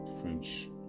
French